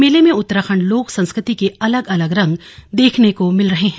मेले में उत्तराखण्ड लोक संस्कृति के अलग अलग रंग देखने को मिल रहे हैं